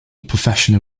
professional